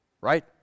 Right